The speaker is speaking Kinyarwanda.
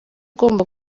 ugomba